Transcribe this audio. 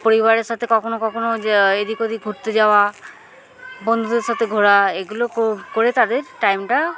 পরিবারের সাথে কখনো কখনও এদিক ওদিক ঘুরতে যাওয়া বন্ধুদের সাথে ঘোরা এগুলো করে তাদের টাইমটা